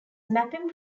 mapping